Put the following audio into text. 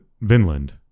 Vinland